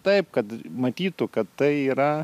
taip kad matytų kad tai yra